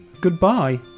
goodbye